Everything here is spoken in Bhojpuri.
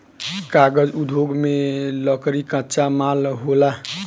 कागज़ उद्योग में लकड़ी कच्चा माल होला